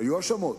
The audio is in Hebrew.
היו האשמות,